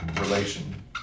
relation